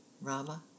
rama